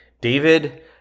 David